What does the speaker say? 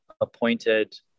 appointed